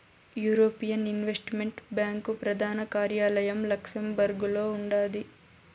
European investment bank ప్రదాన కార్యాలయం లక్సెంబర్గులో ఉండాది